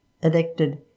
Elected